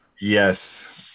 Yes